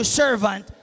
servant